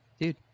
dude